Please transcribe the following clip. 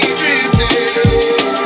drifting